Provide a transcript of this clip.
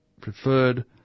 preferred